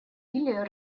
или